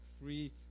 free